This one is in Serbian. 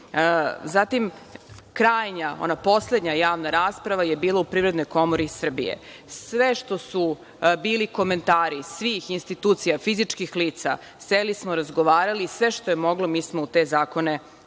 Krajnja, ona poslednja javna rasprava je bila u Privrednoj komori Srbije. Sve što su bili komentari svih institucija, fizičkih lica, seli smo, razgovarali i sve što je moglo mi smo u te zakone zaista